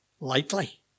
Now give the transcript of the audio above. lightly